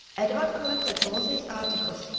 edward collected all these articles,